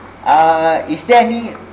err is there any